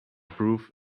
proof